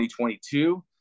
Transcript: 2022